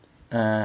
uh